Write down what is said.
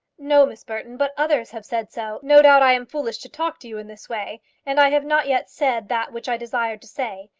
no, miss burton but others have said so. no doubt i am foolish to talk to you in this way and i have not yet said that which i desired to say.